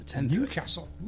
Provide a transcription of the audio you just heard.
Newcastle